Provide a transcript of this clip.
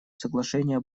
соглашения